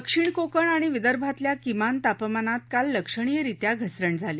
दक्षिण कोकण आणि विदर्भातल्या किमान तापमानात काल लक्षणीयरीत्या घसरण झाली